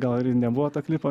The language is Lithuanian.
gal ir nebuvo to klipo